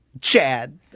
Chad